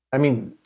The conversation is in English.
i mean,